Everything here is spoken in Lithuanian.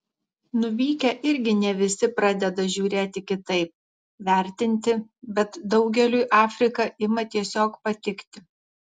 nuvykę irgi ne visi pradeda žiūrėti kitaip vertinti bet daugeliui afrika ima tiesiog patikti